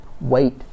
wait